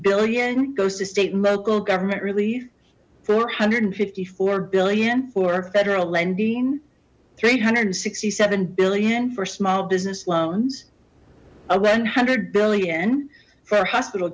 billion goes to state and local government relief four hundred and fifty four billion for federal lending three hundred and sixty seven billion for small business loans a one hundred billion for hospital